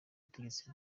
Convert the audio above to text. ubutegetsi